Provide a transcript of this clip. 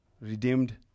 redeemed